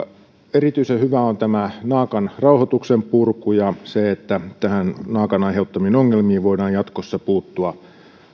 erityisen hyvä on naakan rauhoituksen purku ja se että naakan aiheuttamiin ongelmiin voidaan jatkossa puuttua